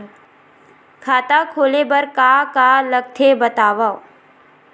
खाता खोले बार का का लगथे बतावव?